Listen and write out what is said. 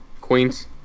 queens